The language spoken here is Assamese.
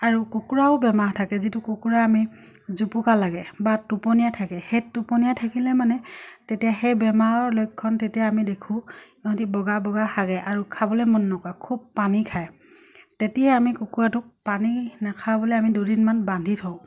আৰু কুকুৰাও বেমাৰ থাকে যিটো কুকুৰা আমি জোপুকা লাগে বা টোপনীয়াই থাকে সেই টোপনীয়াই থাকিলে মানে তেতিয়া সেই বেমাৰৰ লক্ষণ তেতিয়া আমি দেখোঁ সিহঁতি বগা বগা হাগে আৰু খাবলে মন নকৰে খুব পানী খায় তেতিয়াই আমি কুকুৰাটোক পানী নাখাবলে আমি দুদিনমান বান্ধি থওঁ